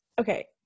okay